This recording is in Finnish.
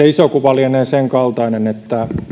iso kuva lienee sen kaltainen että